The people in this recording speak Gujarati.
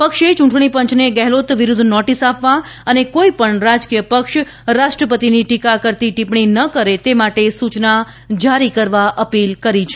પક્ષે ચૂંટણીપંચને ગેહલોત વિરૂદ્ધ નોટીસ આપવા અને કોઇપજ્ઞ રાજકીય પક્ષ રાષ્ટ્રપતિની ટીકા કરતી ટિપ્પણી ન કરે તે માટે સૂચના જારી કરવા અપીલ કરી છે